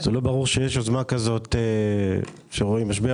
זה לא ברור שיש יוזמה כזאת שרואים משבר